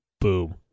Boom